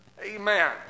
Amen